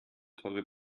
teure